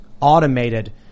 automated